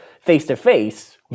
face-to-face